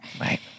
right